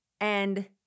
And-